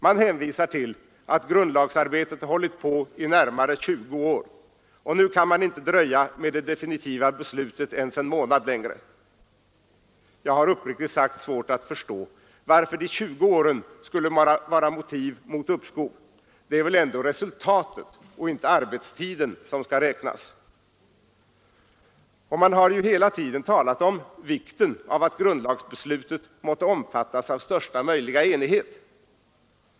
Man hänvisar till att grundlagsarbetet hållit på närmare 20 år, och nu kan man inte dröja med det definitiva beslutet ens en månad längre. Jag har uppriktigt sagt svårt att förstå varför de 20 åren skulle vara motiv mot uppskov. Det är väl ändå resultatet och inte arbetstiden som skall räknas. Man har ju hela tiden talat om vikten av att grundlagsbeslutet måtte omfattas av största möjliga enighet.